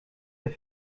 der